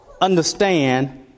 understand